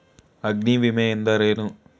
ಅಗ್ನಿವಿಮೆ ಎಂದರೇನು?